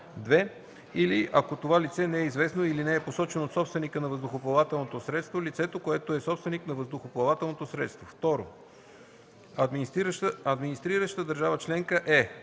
№ 2, или ако това лице не е известно или не е посочено от собственика на въздухоплавателното средство – лицето, което е собственик на въздухоплавателното средство. 2. „Администрираща държава членка” е: